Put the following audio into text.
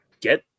get